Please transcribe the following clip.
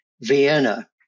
Vienna